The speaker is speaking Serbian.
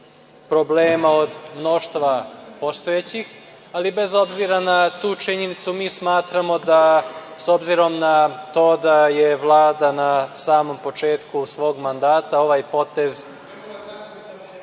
problema od mnoštva postojećih. Ali, bez obzira na tu činjenicu, mi smatramo da je, s obzirom na to da je Vlada na samom početku svog mandata, ovaj potez